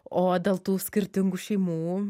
o dėl tų skirtingų šeimų